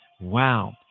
Wow